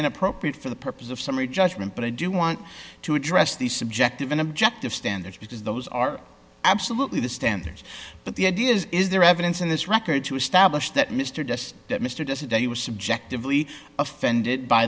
inappropriate for the purpose of summary judgment but i do want to address these subjective and objective standards because those are absolutely the standards but the idea is is there evidence in this record to establish that mr dest that mr doesn't that he was subjectively offended by